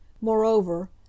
Moreover